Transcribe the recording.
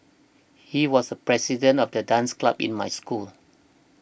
he was the president of the dance club in my school